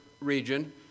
region